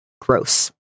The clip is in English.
gross